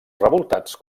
revoltats